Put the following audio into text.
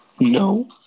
No